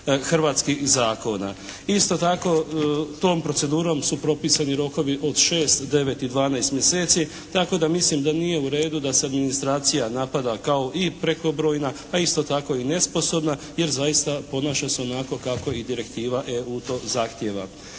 hrvatskih zakona. Isto tako tom procedurom su propisani rokovi od 6, 9 i 12 mjeseci. Tako da mislim da nije u redu da se administracija napada kao i prekobrojna, a isto tako i nesposobna jer zaista ponaša se onako kako i direktiva EU to zahtijeva.